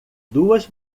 duas